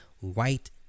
white